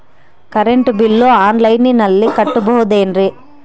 Current bill ಆನ್ಲೈನಿನಲ್ಲಿ ಕಟ್ಟಬಹುದು ಏನ್ರಿ?